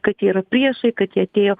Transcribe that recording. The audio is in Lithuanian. kad jie yra priešai kad jie atėjo